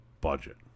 budget